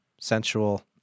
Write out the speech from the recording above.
Sensual